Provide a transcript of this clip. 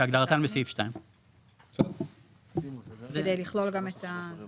כן, כהגדרתן בסעיף 2. אתה